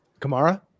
Kamara